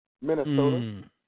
Minnesota